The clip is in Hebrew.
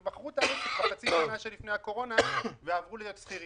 ומכרו את העסק בחצי שנה לפני הקורונה ועברו להיות שכירים.